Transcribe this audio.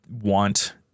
want